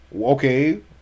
okay